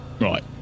Right